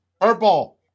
purple